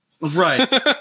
right